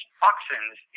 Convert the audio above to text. toxins